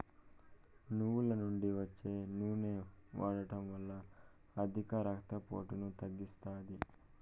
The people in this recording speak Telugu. నువ్వుల నుండి వచ్చే నూనె వాడడం వల్ల అధిక రక్త పోటును తగ్గిస్తాది